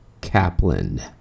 Kaplan